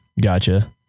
Gotcha